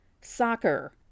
soccer